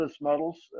models